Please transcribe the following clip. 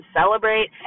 celebrate